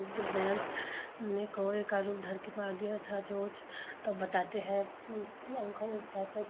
जब जयंत ने कौवे का रूप धर कर मार दिया था चोंच तब बताते हैं अंकल चाचा की